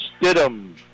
Stidham